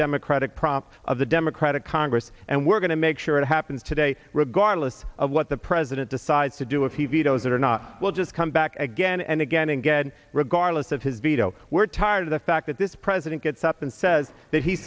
democratic prop of the democratic congress and we're going to make sure it happens today regardless of what the president decides to do if he vetoes it or not we'll just come back again and again and again regardless of his veto we're tired of the fact that this president gets up and says that he